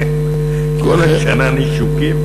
כל השנה נישוקים?